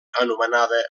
anomenada